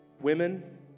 Women